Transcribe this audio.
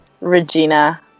regina